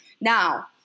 Now